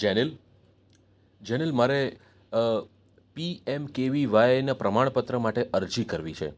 જેનિલ જેનિલ મારે P M K V વાયનાં પ્રમાણપત્ર માટે અરજી કરવી છે